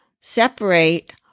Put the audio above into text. separate